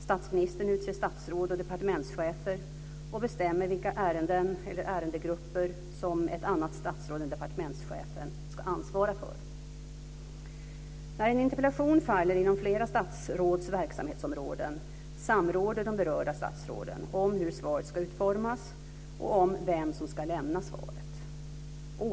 Statsministern utser statsråd och departementschefer och bestämmer vilka ärenden eller ärendegrupper som ett annat statsråd än departementschefen ska ansvara för. När en interpellation faller inom flera statsråds verksamhetsområden samråder de berörda statsråden om hur svaret ska utformas och om vem som ska lämna svaret.